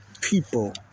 people